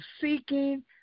seeking